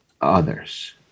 others